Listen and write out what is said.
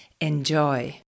Enjoy